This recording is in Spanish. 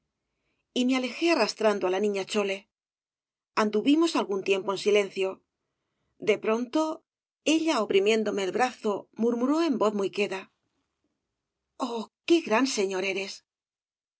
y me alejé arrastrando á la niña chole anduvimos algún tiempo en silencio de pronto ella oprimiéndome el brazo murmuró en voz muy queda oh qué gran señor eres